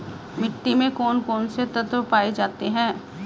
मिट्टी में कौन कौन से तत्व पाए जाते हैं?